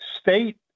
state